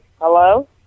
Hello